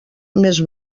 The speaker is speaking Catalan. més